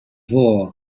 war